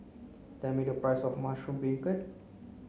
tell me the price of mushroom beancurd